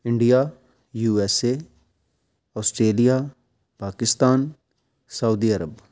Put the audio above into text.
India USA Australia Pakistan Saudi Arabia